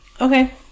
Okay